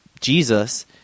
Jesus